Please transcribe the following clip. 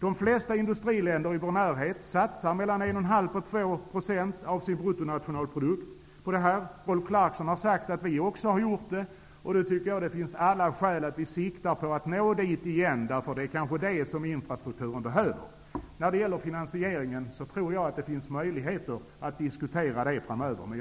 De flesta industriländer i vår närhet satsar 1,5--2 % av bruttonationalprodukten. Rolf Clarkson säger att vi också har gjort det. Jag tycker att det finns all anledning att sikta på att nå dit igen. Det är kanske det som behövs för infrastrukturen. Jag tror att det finns möjlighet att diskutera frågan om finansieringen framöver.